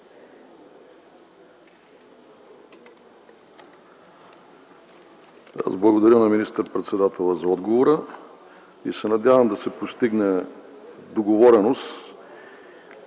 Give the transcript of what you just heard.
Благодаря на министър-председателя за отговора. Надявам се да се постигне договореност